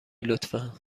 لطفا